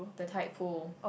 the tide pool